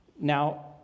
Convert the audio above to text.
now